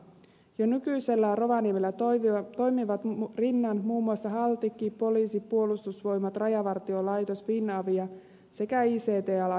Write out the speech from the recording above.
jo nykyisellään rovaniemellä toimivat rinnan muun muassa haltik poliisi puolustusvoimat rajavartiolaitos finavia sekä ict alan yritykset